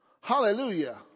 Hallelujah